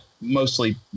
mostly